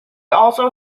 also